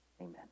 amen